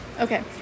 Okay